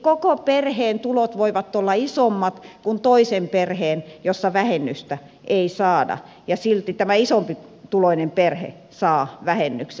koko perheen tulot voivat olla isommat kuin toisen perheen jossa vähennystä ei saada ja silti tämä isompituloinen perhe saa vähennyksen